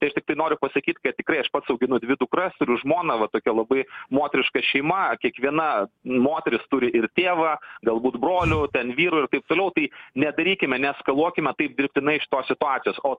tai aš tiktai noriu pasakyt kad tikrai aš pats auginu dvi dukras turiu žmoną va tokia labai moteriška šeima kiekviena moteris turi ir tėvą galbūt brolių ten vyrų ir taip toliau tai nedarykime neeskaluokime taip dirbtinai šitos situacijos o